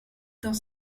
dans